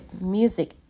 Music